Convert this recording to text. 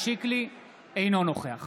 אינו נוכח